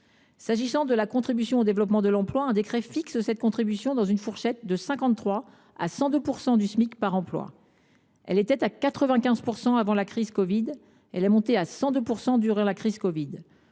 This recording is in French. S’agissant de la contribution au développement de l’emploi, un décret fixe cette contribution dans une fourchette allant de 53 % à 102 % du Smic par emploi. Elle était établie à 95 % avant la crise de la covid 19. Elle est montée à 102 % durant la crise